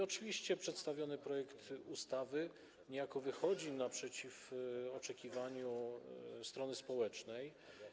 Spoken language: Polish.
Oczywiście przedstawiony projekt ustawy niejako wychodzi naprzeciw oczekiwaniom strony społecznej.